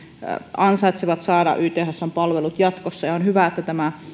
ansaitsevat saada ythsn palvelut jatkossa on hyvä että tämä